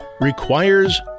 requires